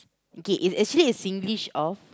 okay is actually a Singlish of